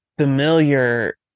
familiar